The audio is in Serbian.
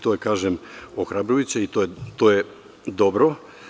To je, kažem, ohrabrujuće i to je dobro.